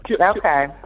Okay